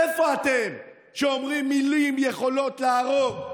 איפה אתם, שאומרים: מילים יכולות להרוג?